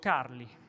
Carli